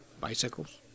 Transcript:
bicycles